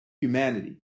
humanity